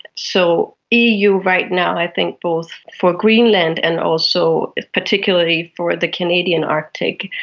so eu right now, i think both for greenland and also particularly for the canadian arctic,